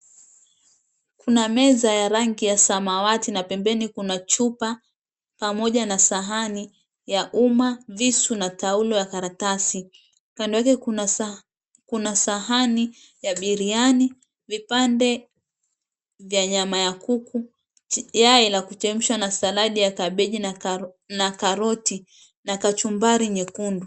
Kuna meza ya rangi ya samawati na pembeni kuna chupa pamoja na sahani ya uma, visu na taulo ya karatasi. Kando yake kuna sahani ya biriani, vipande vya nyama ya kuku, yai la kuchemshwa na saladi ya kabeji na karoti na kachumbari nyekundu.